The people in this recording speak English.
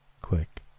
click